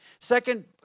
Second